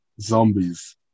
Zombies